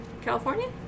California